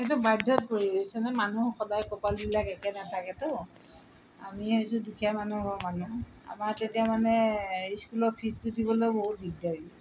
সেইটো বাধ্যত পৰি গৈছে মানুহ সদায় কপালবিলাক একে নাথাকেতো আমিয়ে হৈছোঁ দুখীয়া মানুহৰ মানুহ আমাৰ তেতিয়া মানে স্কুলৰ ফিজটো দিবলৈ বহুত দিগদাৰী